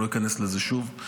ואני לא איכנס לזה שוב.